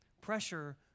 pressure